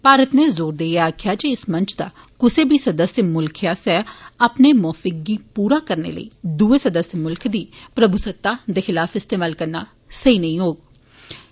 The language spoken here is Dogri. भारत नै जोर देइयै आक्खेया जे इस मंच दा कुसे बी सदस्य मुल्ख आस्सेया अपने मौकिफ गी पूरा करने लेई दुए सदस्य मुल्ख दी प्रभूसत्ता दे खिलाफ इस्तेमाल करना सेही नेंई होई सकदा